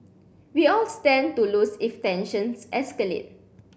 we all stand to lose if tensions escalate